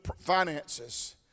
finances